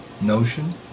notion